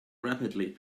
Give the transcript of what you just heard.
rapidly